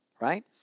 right